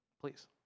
please